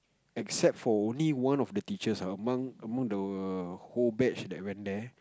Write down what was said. except for only one of the teachers ah among among the whole batch that went there